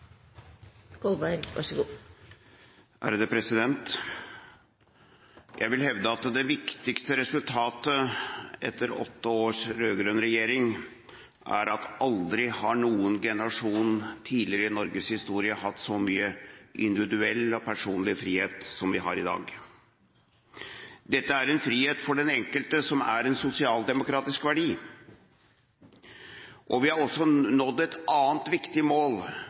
at aldri har noen generasjon tidligere i Norges historie hatt så mye individuell og personlig frihet som vi har i dag. Dette er en frihet for den enkelte som er en sosialdemokratisk verdi. Vi har også nådd et annet viktig mål